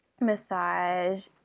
massage